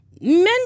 Men